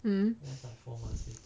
hmm